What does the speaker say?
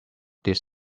this